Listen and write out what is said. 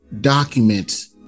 documents